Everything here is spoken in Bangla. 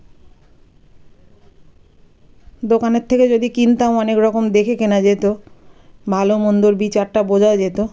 দোকানের থেকে যদি কিনতাম অনেক রকম দেখে কেনা যেত ভালো মন্দর বিচারটা বোঝা যেত